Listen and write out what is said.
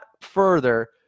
further